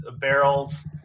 barrels